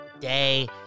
day